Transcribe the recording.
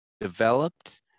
developed